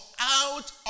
out